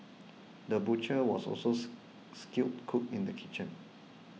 the butcher was also skilled cook in the kitchen